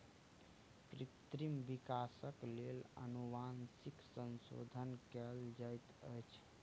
कृत्रिम विकासक लेल अनुवांशिक संशोधन कयल जाइत अछि